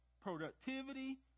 productivity